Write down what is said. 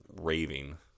raving